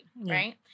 right